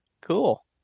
Cool